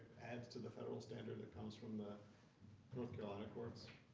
and to the federal standard that comes from the north carolina courts?